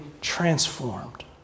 transformed